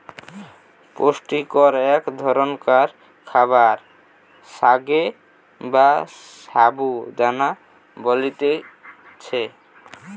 পুষ্টিকর এক ধরণকার খাবার সাগো বা সাবু দানা বলতিছে